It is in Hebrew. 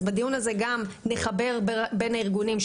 אז בדיון הזה גם נחבר בין הארגונים,